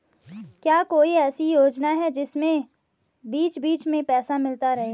क्या कोई ऐसी योजना है जिसमें बीच बीच में पैसा मिलता रहे?